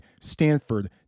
Stanford